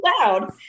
loud